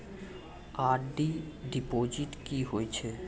RD deposit की होय छै?